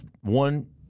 one